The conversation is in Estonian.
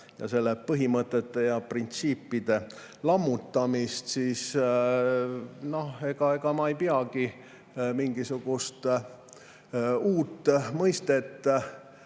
selle põhimõtete ja printsiipide lammutamist? Noh, ega ma ei peagi mingisugust uut mõistet